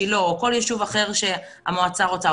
שילה או כל יישוב אחר שהמועצה רוצה,